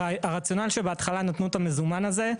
הרציונל שבהתחלה נתנו את המזומן הזה,